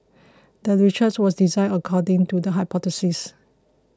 the research was designed according to the hypothesis